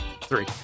Three